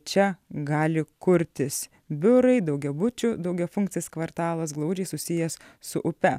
čia gali kurtis biurai daugiabučių daugiafunkcis kvartalas glaudžiai susijęs su upe